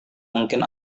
mungkin